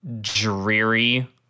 dreary